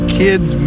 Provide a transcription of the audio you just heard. kids